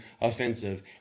offensive